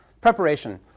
Preparation